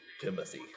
Timothy